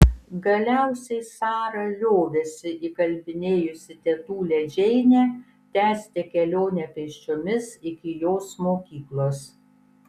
galiausiai sara liovėsi įkalbinėjusi tetulę džeinę tęsti kelionę pėsčiomis iki jos mokyklos